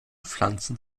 pflanzen